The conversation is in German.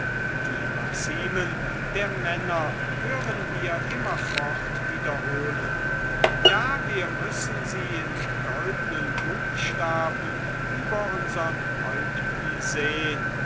die maximen der männer hören wir immerfort wiederholen ja wir müssen sie in goldnen buchstaben über unsern häupten sehen